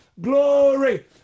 glory